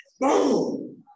boom